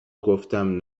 گفتم